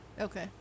Okay